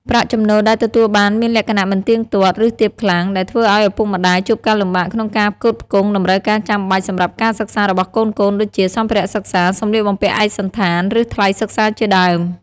ប្រាក់ចំណូលដែលទទួលបានមានលក្ខណៈមិនទៀងទាត់ ឬទាបខ្លាំង ដែលធ្វើឱ្យឪពុកម្តាយជួបការលំបាកក្នុងការផ្គត់ផ្គង់តម្រូវការចាំបាច់សម្រាប់ការសិក្សារបស់កូនៗ ដូចជា សម្ភារៈសិក្សា សម្លៀកបំពាក់ឯកសណ្ឋាន ឬថ្លៃសិក្សាជាដើម។